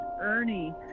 Ernie